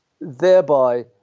thereby